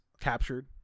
captured